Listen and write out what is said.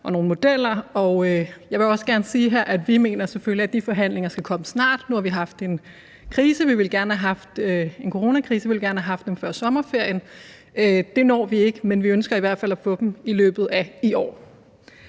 og nogle modeller. Og jeg vil også gerne sige her, at vi selvfølgelig mener, at de forhandlinger skal komme snart. Nu har vi haft en coronakrise. Vi ville gerne have haft forhandlingerne før sommerferien, og det når vi ikke, men vi ønsker i hvert fald at få dem i løbet af i år.